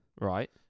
right